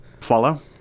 follow